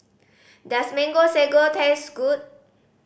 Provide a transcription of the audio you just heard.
does Mango Sago taste good